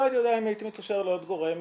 לא יודע אם הייתי מתקשר לעוד גורם.